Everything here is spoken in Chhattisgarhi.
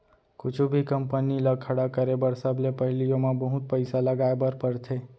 कुछु भी कंपनी ल खड़ा करे बर सबले पहिली ओमा बहुत पइसा लगाए बर परथे